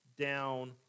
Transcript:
down